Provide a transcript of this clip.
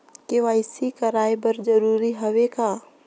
KYC कराय बर जरूरी हवे का?